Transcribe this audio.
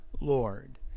Lord